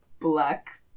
black